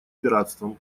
пиратством